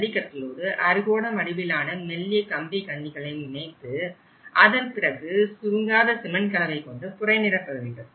ஜல்லி கற்களோடு அறுகோண வடிவிலான மெல்லிய கம்பி கண்ணிகளையும் இணைத்து அதன் பிறகு சுருங்காத சிமெண்ட் கலவை கொண்டு புரைநிரப்ப வேண்டும்